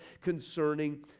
concerning